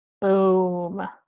boom